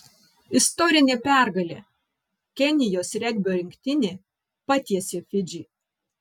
istorinė pergalė kenijos regbio rinktinė patiesė fidžį